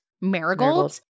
marigolds